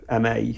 MA